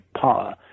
power